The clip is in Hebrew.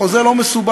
החוזה לא מסובך.